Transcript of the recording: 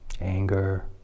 anger